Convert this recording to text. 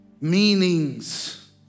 meanings